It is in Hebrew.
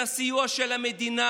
את הסיוע של המדינה,